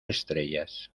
estrellas